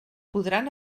podran